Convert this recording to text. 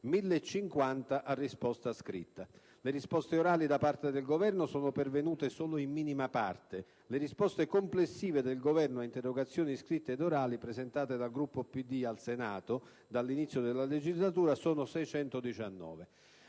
1050 a risposta scritta. Le risposte orali da parte del Governo sono pervenute solo in minima parte; le risposte complessive del Governo ad interrogazioni scritte ed orali presentate dal gruppo del Partito Democratico al Senato dall'inizio della legislatura sono 619.